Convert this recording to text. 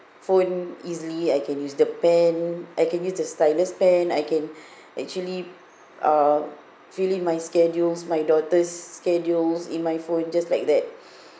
phone easily I can use the pen I can use to stylus pen I can actually uh fill in my schedules my daughter's schedules in my phone just like that